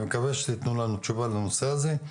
אני מקווה שתתנו לנו תשובה על הנושא הזה.